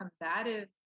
combative